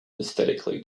aesthetically